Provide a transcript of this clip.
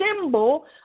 symbol